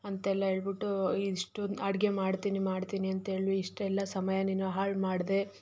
ಅಂತೆಲ್ಲ ಹೇಳ್ಬುಟ್ಟು ಇಷ್ಟು ಅಡುಗೆ ಮಾಡ್ತೀನಿ ಮಾಡ್ತೀನಿ ಅಂತ್ಹೇಳಿ ಇಷ್ಟೆಲ್ಲ ಸಮಯ ನೀನು ಹಾಳು ಮಾಡಿದೆ